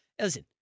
Listen